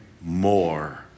more